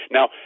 Now